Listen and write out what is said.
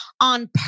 on